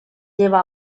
lleva